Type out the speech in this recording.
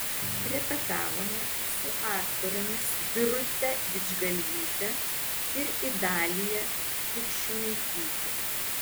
repetavome su aktorėmis birute didžgalvyte ir idalija krikščiūnaityte